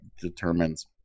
determines